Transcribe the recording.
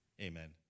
amen